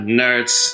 nerds